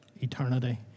eternity